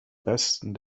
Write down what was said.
besten